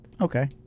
Okay